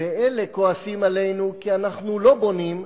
ואלה כועסים עלינו כי אנחנו לא בונים,